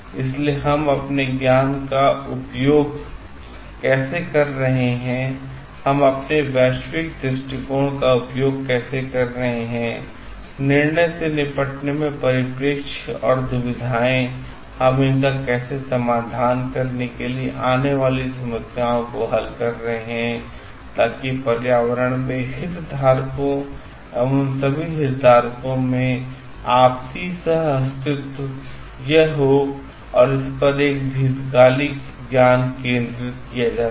इसलिए हम अपने ज्ञान का उपयोग कैसे कर रहे हैं हम अपने वैश्विक दृष्टिकोण का उपयोग कैसे कर रहे हैं निर्णय से निपटने में परिप्रेक्ष्यऔर दुविधाएं हम इनका कैसे समाधान के लिए आने वाली समस्याओं को हल कर रहे हैं ताकि पर्यावरण में हितधारकों का एवं सभी हितधारकों मैं आपसी सह अस्तित्वयह हो इस पर एक दीर्घकालिक ध्यान केंद्रित किया जा सके